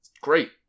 great